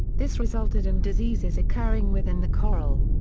this resulted in diseases occurring within the coral.